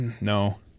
No